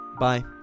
bye